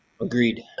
Agreed